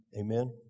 Amen